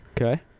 Okay